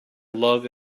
love